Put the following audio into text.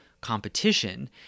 competition